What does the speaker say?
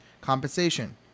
compensation